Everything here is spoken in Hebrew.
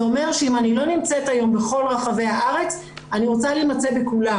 זה אומר שאם אני לא נמצאת היום בכל רחבי הארץ אני רוצה להימצא בכולם.